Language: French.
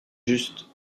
juste